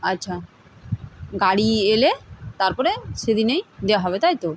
আচ্ছা গাড়ি এলে তারপরে সেদিনেই দেওয়া হবে তাই তো